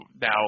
now